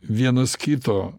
vienas kito